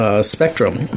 Spectrum